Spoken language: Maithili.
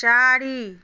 चारि